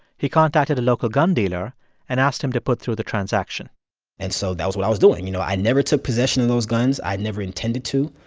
he contacted a local gun dealer and asked him to put through the transaction and so that was what i was doing. you know, i never took possession of those guns. i never intended to.